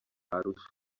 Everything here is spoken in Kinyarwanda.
arusha